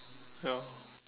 ya